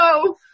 no